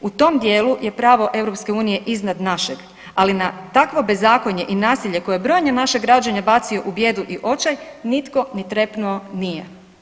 U tom djelu je pravo EU-a iznad našeg ali na takvo bezakonje i nasilje koje je brojne naše građane bacio u bijedu i očaj, nitko ni trepnuo nije.